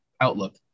Outlook